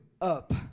up